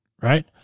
right